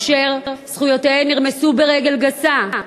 אשר זכויותיהן נרמסו ברגל גסה?